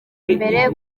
mbere